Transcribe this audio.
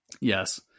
Yes